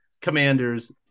Commanders